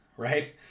right